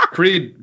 Creed